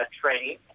training